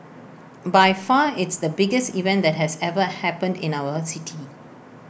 by far it's the biggest event that has ever been in our city